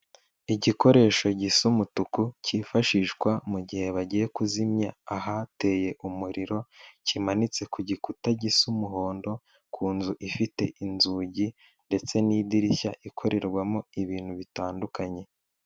Igikoresho gisa umutuku, cyifashishwa mu gihe bagiye kuzimya ahateye umuriro, kimanitse ku gikuta gisa umuhondo, ku nzu ifite inzugi ndetse n'idirishya ikorerwamo ibintu bitandukanye.